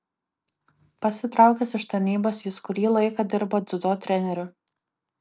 pasitraukęs iš tarnybos jis kurį laiką dirbo dziudo treneriu